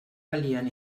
valien